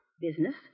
Business